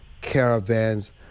caravans